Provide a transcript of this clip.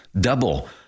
Double